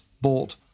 bought